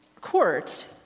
court